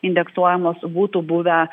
indeksuojamos būtų buvę